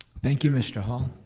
thank you, mr. hall.